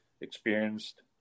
experienced